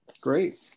great